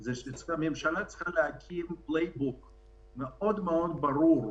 זה שהממשלה צריכה להקים צוות מחשבה מאוד ברור,